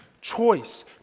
choice